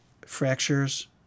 Fractures